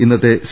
ഇന്നത്തെ സി